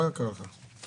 מה קרה לך?